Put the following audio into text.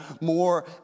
more